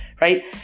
right